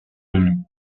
demie